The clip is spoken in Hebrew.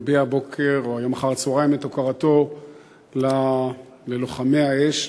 מביע הבוקר או היום אחר-הצהריים את הוקרתו ללוחמי האש,